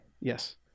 Yes